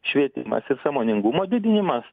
švietimas ir sąmoningumo didinimas